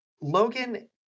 Logan